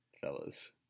fellas